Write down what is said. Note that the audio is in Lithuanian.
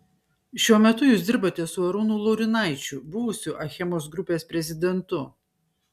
šiuo metu jūs dirbate su arūnu laurinaičiu buvusiu achemos grupės prezidentu